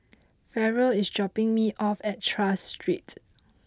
Farrell is dropping me off at Tras Street